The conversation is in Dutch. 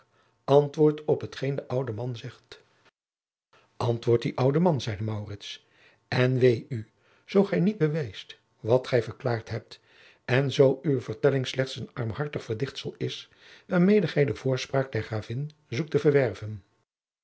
op hetgeen de oude man zegt antwoord dien ouden man zeide maurits en wee u zoo gij niet bewijst wat gij verklaard hebt en zoo uwe vertelling slechts een armhartig jacob van lennep de pleegzoon verdichtsel is waarmede gij de voorspraak der gravin zoekt te verwerven